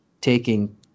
taking